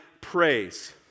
praise